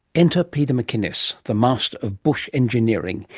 enter peter macinnis, the master of bush engineering,